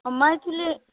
Maithili